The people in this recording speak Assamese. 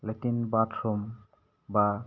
লেট্ৰিন বাথৰুম বা